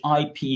IP